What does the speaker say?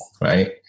Right